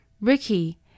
Ricky